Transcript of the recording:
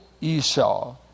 Esau